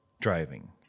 driving